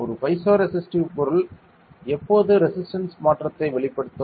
ஒரு piezo resistive பொருள் எப்போது ரெசிஸ்டன்ஸ் மாற்றத்தை வெளிப்படுத்தும்